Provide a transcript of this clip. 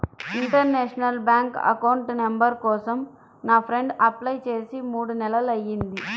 international bank account number కోసం నా friend apply చేసి మూడు నెలలయ్యింది